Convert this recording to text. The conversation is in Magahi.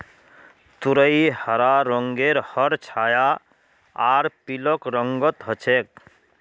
तुरई हरा रंगेर हर छाया आर पीलक रंगत ह छेक